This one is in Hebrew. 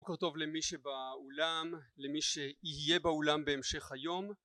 בוקר טוב למי שבאולם, למי שיהיה באולם בהמשך היום